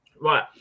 Right